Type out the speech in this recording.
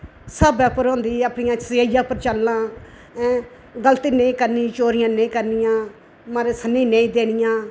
स्हाबै उप्पर होंदी ऐ अपनी सचाई उप्पर चलना ऐ गलती नेईं करनी चोरी नेईं करनी मरी सनी नेईं देनियां